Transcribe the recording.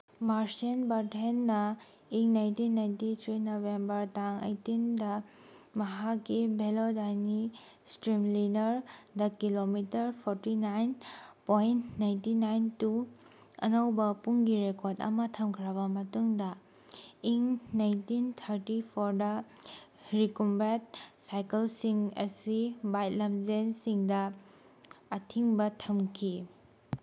ꯃꯥꯔꯁꯦꯟ ꯕꯔꯊꯦꯟꯅ in nineteen ninety three November ꯇꯥꯡ ꯑꯩꯇꯤꯟꯗ ꯃꯍꯥꯛꯀꯤ ꯚꯦꯂꯣꯗꯥꯏꯅꯤ ꯁ꯭ꯔꯤꯝꯂꯤꯅꯔꯗ kilometre forty nine point ninety nine two ꯑꯅꯧꯕ ꯄꯨꯡꯒꯤ ꯔꯦꯀꯣꯔꯠ ꯑꯃ ꯊꯝꯈ꯭ꯔꯕ ꯃꯇꯨꯡꯗ ꯏꯪ ꯅꯥꯏꯟꯇꯤꯟ ꯊꯥꯔꯇꯤ ꯐꯣꯔꯗ ꯔꯤꯀꯨꯝꯕꯦꯠ ꯁꯥꯏꯀꯜꯁꯤꯡ ꯑꯁꯤ ꯕꯥꯏꯠ ꯂꯝꯖꯦꯜꯁꯤꯡꯗ ꯑꯊꯤꯡꯕ ꯊꯝꯈꯤ